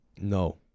No